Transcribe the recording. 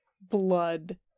blood